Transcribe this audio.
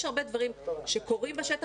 יש הרבה דברים שקורים בשטח,